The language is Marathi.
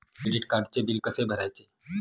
क्रेडिट कार्डचे बिल कसे भरायचे?